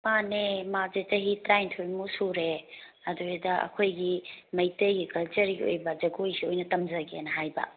ꯃꯥꯟꯅꯦ ꯃꯥꯁꯦ ꯆꯍꯤ ꯇꯔꯥꯅꯤꯊꯣꯏꯃꯨꯛ ꯁꯨꯔꯦ ꯑꯗꯨꯗꯨꯗ ꯑꯩꯈꯣꯏꯒꯤ ꯃꯩꯇꯩꯒꯤ ꯀꯜꯆꯔꯒꯤ ꯑꯣꯏꯕ ꯖꯒꯣꯏꯁꯤ ꯑꯣꯏꯅ ꯇꯝꯖꯒꯦꯅ ꯍꯥꯏꯕ